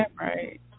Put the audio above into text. right